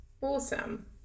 Awesome